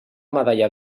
medalla